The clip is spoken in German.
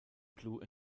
blue